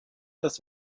dass